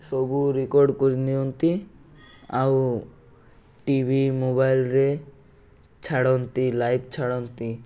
ସବୁ ରେକର୍ଡ୍ କରି ନିଅନ୍ତି ଆଉ ଟି ଭି ମୋବାଇଲରେ ଛାଡ଼ନ୍ତି ଲାଇଭ ଛାଡ଼ନ୍ତି